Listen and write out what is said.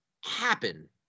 happen